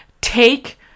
take